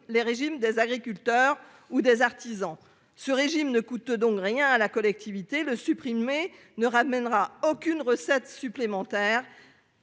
celui des agriculteurs ou des artisans. Ce régime ne coûte donc rien à la collectivité. Le supprimer ne rapportera aucune recette supplémentaire.